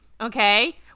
okay